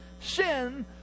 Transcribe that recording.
sin